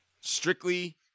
strictly